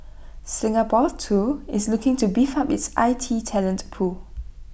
Singapore too is looking to beef up its I T talent pool